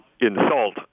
insult